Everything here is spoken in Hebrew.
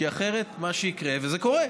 כי אחרת מה שיקרה, וזה קורה,